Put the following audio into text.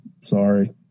sorry